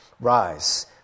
Rise